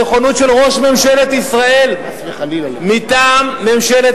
לנכונות של ראש ממשלת ישראל מטעם ממשלת